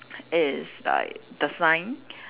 is like the sign